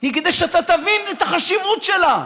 כדי שאתה תבין את החשיבות שלה,